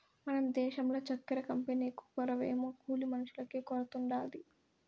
మన దేశంల చక్కెర కంపెనీకు కొరవేమో కూలి మనుషులకే కొరతుండాది